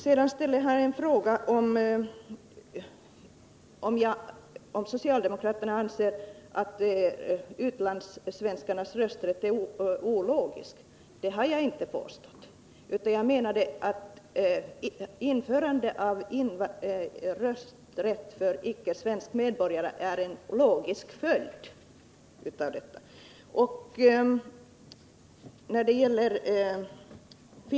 Sedan ställde Daniel Tarschys en fråga om socialdemokraterna anser att utlandssvenskarnas rösträtt är ologisk. Det har jag inte påstått, utan jag menade att införande av rösträtt för icke svenska medborgare är en logisk följd av utlandssvenskarnas rösträtt.